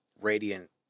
radiant